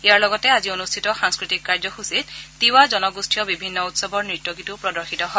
ইয়াৰ লগতে আজি অনুষ্ঠিত সাংস্কৃতিক কাৰ্যসুচীত তিৱা জনগোষ্ঠীয় বিভিন্ন উৎসৱৰ নৃত্য গীতো প্ৰদৰ্শন কৰা হয়